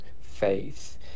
faith